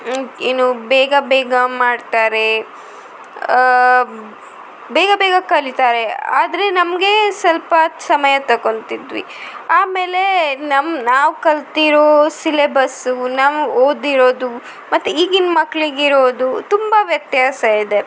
ಏನು ಬೇಗ ಬೇಗ ಮಾಡ್ತಾರೆ ಬೇಗ ಬೇಗ ಕಲಿತಾರೆ ಆದರೆ ನಮಗೆ ಸ್ವಲ್ಪ ಸಮಯ ತೊಕೊತಿದ್ವಿ ಆಮೇಲೆ ನಮ್ಮ ನಾವು ಕಲಿತಿರೋ ಸಿಲೆಬಸ್ಸು ನಾವು ಓದಿರೋದು ಮತ್ತು ಈಗಿನ ಮಕ್ಳಿಗೆ ಇರೋದು ತುಂಬ ವ್ಯತ್ಯಾಸ ಇದೆ